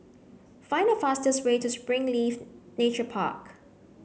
find the fastest way to Springleaf Nature Park